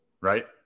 right